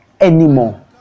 anymore